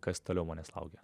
kas toliau manęs laukia